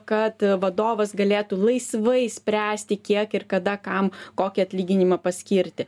kad vadovas galėtų laisvai spręsti kiek ir kada kam kokį atlyginimą paskirti